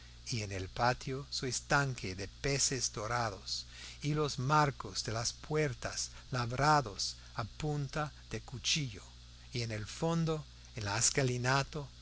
y en el patio su estanque de peces dorados y los marcos de las puertas labrados a punta de cuchillo y en el fondo en la escalinata